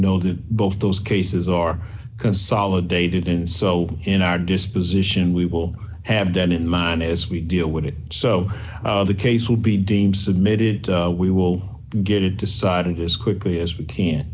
know that both those cases are consolidated and so in our disposition we will have them in line is we deal with it so the case will be deemed submitted we will get it decided as quickly as we can